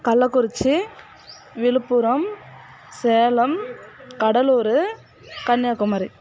Kallakurichi Villupuram Salem Cuddalore Kanyakumari